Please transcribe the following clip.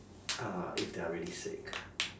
uh if they're really sick